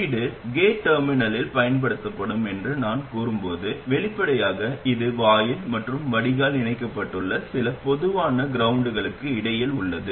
உள்ளீடு கேட் டெர்மினலில் பயன்படுத்தப்படும் என்று நான் கூறும்போது வெளிப்படையாக இது வாயில் மற்றும் வடிகால் இணைக்கப்பட்டுள்ள சில பொதுவான கிரௌண்டகளுக்கு இடையில் உள்ளது